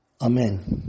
Amen